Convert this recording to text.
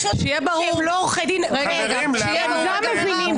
יש עוד אנשים שהם לא עורכי דין, והם גם מבינים.